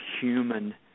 human